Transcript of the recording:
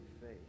faith